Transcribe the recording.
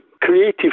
creative